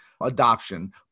adoption